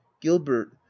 gilbert